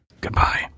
goodbye